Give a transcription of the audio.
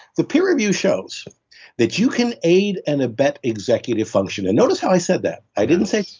the peer review shows that you can aid and abet executive function. and notice how i said that. i didn't say